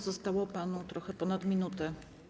Zostało panu trochę ponad minutę.